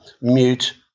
mute